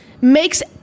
makes